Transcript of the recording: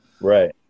right